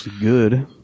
good